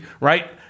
right